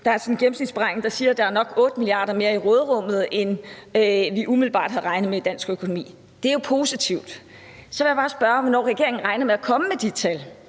Der er en gennemsnitsberegning, der siger, at der nok er 8 mia. kr. mere i råderummet, end vi umiddelbart havde regnet med i dansk økonomi. Det er jo positivt. Så vil jeg bare spørge, hvornår regeringen regner med at komme med de tal.